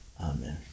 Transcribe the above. amen